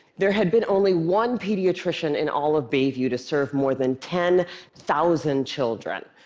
there had been only one pediatrician in all of bayview to serve more than ten thousand children,